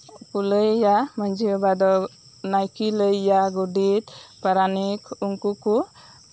ᱞᱟᱹᱭ ᱟᱭᱟ ᱢᱟᱹᱡᱷᱤ ᱵᱟᱵᱟ ᱫᱚ ᱱᱟᱭᱠᱮ ᱞᱟᱹᱭ ᱟᱭᱟ ᱜᱚᱰᱮᱛ ᱯᱟᱨᱟᱱᱤᱠ ᱩᱱᱠᱩ ᱠᱚ